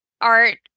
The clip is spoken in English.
art